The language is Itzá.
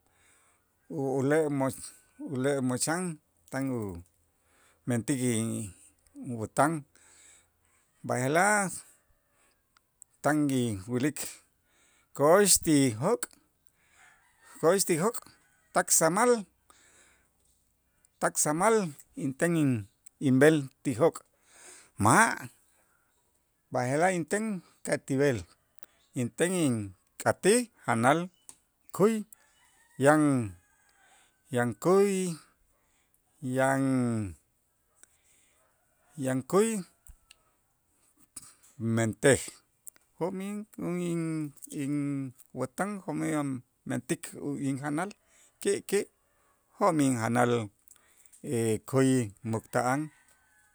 Ule' mo ule' moxan tan umentik in- inwätan b'aje'laj tan inwilik ko'ox ti jok', ko'ox ti jok' tak samal tak samal inten inb'el ti jok' ma' b'aje'laj inten ka' ti b'el inten ink'atij janal käy yan yan käy, yan yan käy mentej jo'mij in- inwätan jo'mij am mentik injanal ki'ki' jomij injanal käy mukta'an.